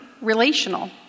relational